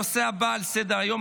הנושא הבא על סדר-היום,